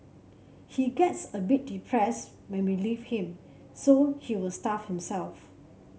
he gets a bit depressed when we leave him so he will starve himself